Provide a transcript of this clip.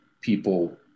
people